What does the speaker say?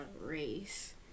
race